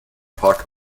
part